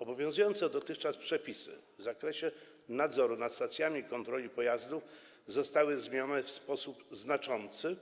Obowiązujące dotychczas przepisy w zakresie nadzoru nad stacjami kontroli pojazdów zostały zmienione w sposób znaczący,